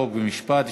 חוק ומשפט.